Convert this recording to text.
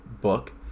book